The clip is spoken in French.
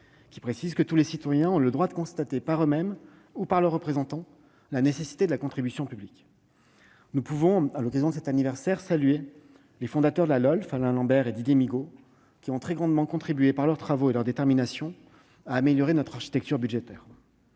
du citoyen :« Tous les Citoyens ont le droit de constater, par eux-mêmes ou par leurs représentants, la nécessité de la contribution publique [...].» À l'occasion de cet anniversaire, nous pouvons en saluer les fondateurs Alain Lambert et Didier Migaud, qui ont grandement contribué, par leurs travaux et leur détermination, à améliorer notre architecture budgétaire.